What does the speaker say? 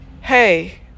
hey